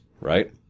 Right